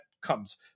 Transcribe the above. comes